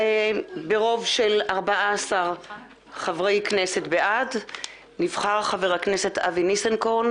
ברוב של 14 חברי כנסת נבחר חבר הכנסת אבי ניסנקורן